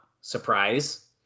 surprise